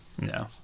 No